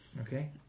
Okay